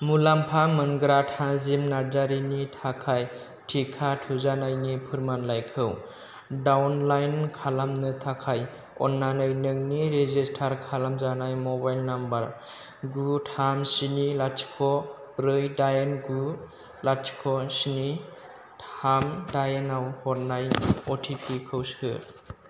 मुलाम्फा मोनग्रा थाजिम नारजारिनि थाखाय थिखा थुजानायनि फोरमानलाइखौ डाउनलाइन खालामनो थाखाय अन्नानै नोंनि रेजिस्टार खालामजानाय मबाइल नाम्बार गु थाम स्नि लाथिख' ब्रै दाइन गु लाथिख' स्नि थाम दाइनआव हरनाय अटिपिखौ सो